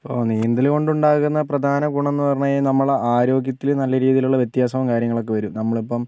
ഓ നീന്തല് കൊണ്ടുണ്ടാകുന്ന പ്രധാന ഗുണം എന്ന് പറഞ്ഞു കഴിഞ്ഞാൽ നമ്മളെ ആരോഗ്യത്തില് നല്ല രീതിയിലുള്ള വ്യത്യാസം കാര്യങ്ങളൊക്കെ വരും നമ്മളിപ്പോൾ